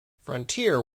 frontier